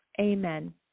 Amen